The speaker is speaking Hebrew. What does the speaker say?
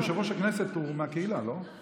יושב-ראש הכנסת הוא מהקהילה, לא?